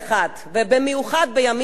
ובמיוחד בימים האלה,